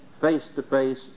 face-to-face